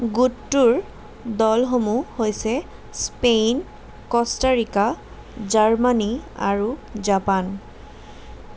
গোটটোৰ দলসমূহ হৈছে স্পেইন ক'ষ্টাৰিকা জাৰ্মানী আৰু জাপান